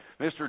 mr